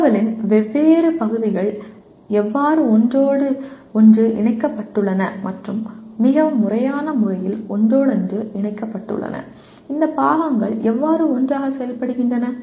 தகவலின் வெவ்வேறு பகுதிகள் எவ்வாறு ஒன்றோடொன்று இணைக்கப்பட்டுள்ளன மற்றும் மிகவும் முறையான முறையில் ஒன்றோடொன்று இணைக்கப்பட்டுள்ளன இந்த பாகங்கள் எவ்வாறு ஒன்றாக செயல்படுகின்றன